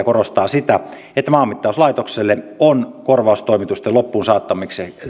korostaa sitä että maanmittauslaitokselle on korvaustoimitusten loppuunsaattamiseksi